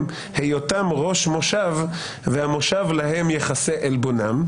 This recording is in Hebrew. היותם ראש מושב והמושב להם יכסה עלבונם,